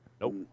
Nope